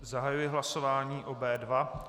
Zahajuji hlasování o B2.